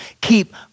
keep